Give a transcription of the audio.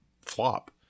flop